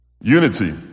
Unity